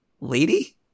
Lady